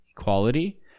equality